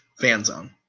Fanzone